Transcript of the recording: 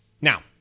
Now